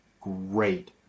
great